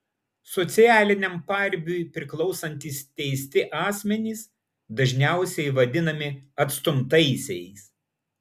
socialiniam paribiui priklausantys teisti asmenys dažniausiai vadinami atstumtaisiais